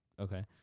Okay